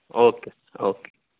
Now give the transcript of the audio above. okay okay